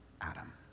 adam